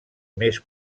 més